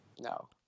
No